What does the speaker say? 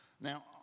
Now